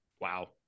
Wow